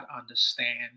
understand